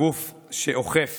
הגוף שאוכף